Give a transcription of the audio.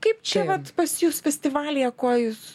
kaip čia vat pas jus festivalyje kuo jūs